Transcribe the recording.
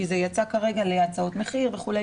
כי זה יצא כרגע להצעות מחיר וכו',